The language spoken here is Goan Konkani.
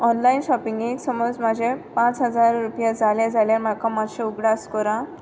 ऑनलायन शाॅपिंगेक समज म्हजे पांच हजार रुपया जाले जाल्यार म्हाका मात्शें उगडास कोर आं